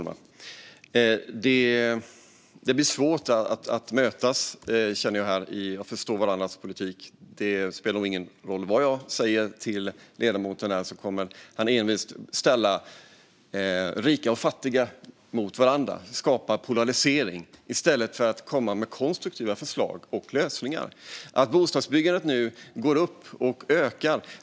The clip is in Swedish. Fru talman! Det blir svårt att mötas, känner jag, i att förstå varandras politik. Det spelar nog ingen roll vad jag säger till ledamoten. Han kommer envist att ställa rika och fattiga mot varandra och skapa polarisering i stället för att komma med konstruktiva förslag och lösningar. Bostadsbyggandet går nu upp och ökar.